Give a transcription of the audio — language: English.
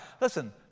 Listen